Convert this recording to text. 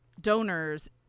donors